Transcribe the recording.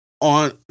on